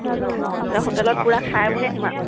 হোটেলত পুৰা খাই বৈ আহিম আৰু